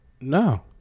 No